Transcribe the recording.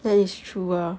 that is true ah